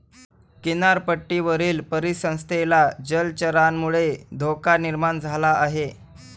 किनारपट्टीवरील परिसंस्थेला जलचरांमुळे धोका निर्माण झाला आहे